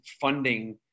funding